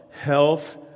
health